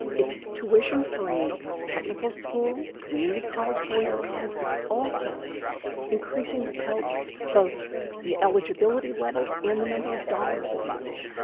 it's tuition-free technical school, community community college, four-year college. but it's also increasing the pell grants, both the eligibility levels and the number of dollars available,